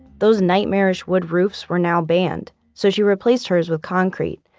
those nightmarish wood roofs were now banned, so she replaced hers with concrete,